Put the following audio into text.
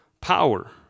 power